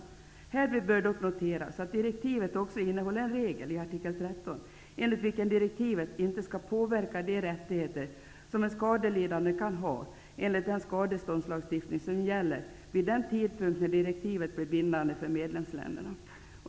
Härvid bör dock noteras att direktivet också innehåller en regel enligt vilken direktivet inte skall påverka de rättigheter som en skadelidande kan ha enligt den skadeståndslagstiftning som gäller vid den tidpunkt när direktivet blir bindande för medlemsländerna.''